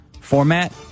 format